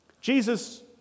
Jesus